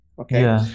Okay